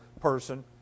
person